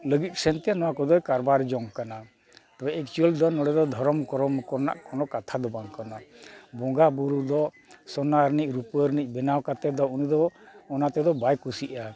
ᱞᱟᱹᱜᱤᱫ ᱥᱮᱫ ᱛᱮᱜᱮ ᱱᱚᱣᱟ ᱠᱚᱫᱚᱭ ᱠᱟᱨᱵᱟᱨ ᱡᱚᱝ ᱠᱟᱱᱟ ᱛᱵᱮ ᱮᱠᱪᱩᱭᱮᱞ ᱫᱚ ᱱᱚᱰᱮ ᱫᱚ ᱫᱷᱚᱨᱚᱢ ᱠᱚᱨᱚᱢ ᱠᱚᱨᱮᱱᱟᱜ ᱠᱳᱱᱳ ᱠᱟᱛᱷᱟ ᱫᱚ ᱵᱟᱝ ᱠᱟᱱᱟ ᱵᱚᱸᱜᱟᱼᱵᱩᱨᱩ ᱫᱚ ᱥᱳᱱᱟ ᱨᱤᱱᱤᱡ ᱨᱩᱯᱟᱹ ᱨᱤᱱᱤᱡ ᱩᱱᱤ ᱫᱚ ᱵᱮᱱᱟᱣ ᱠᱟᱛᱮᱫ ᱩᱱᱤᱫᱚ ᱚᱱᱟ ᱛᱮᱫᱚ ᱵᱟᱭ ᱠᱩᱥᱤᱜᱼᱟ